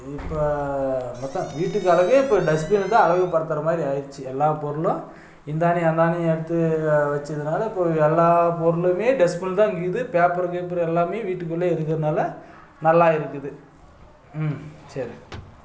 இப்போ மொத்தம் வீட்டுக்கு அழகே டஸ்ப்பினத்தான் அழகு படுத்துகிற மாதிரி ஆகிருச்சி எல்லா பொருளும் இந்தானியும் அந்தானியும் எடுத்து வெச்சதுனால இப்போ எல்லா பொருளுமே டஸ்ப்பின்னில் தான் இருக்குது பேப்பரு கீப்பரு எல்லாமே வீட்டுக்குள்ளே இருக்கிறதுனால நல்லா இருக்குது ம் சரி